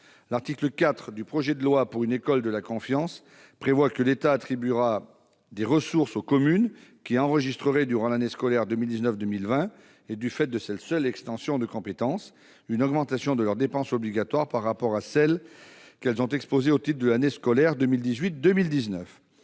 L'article 4 du projet de loi pour une école de la confiance prévoit, vous l'avez dit, que l'État attribuera des ressources aux communes qui enregistreraient durant l'année scolaire 2019-2020, et du fait de cette seule extension de compétences, une augmentation de leurs dépenses obligatoires par rapport à celles qu'elles ont exposées au titre de l'année scolaire 2018-2019.